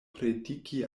prediki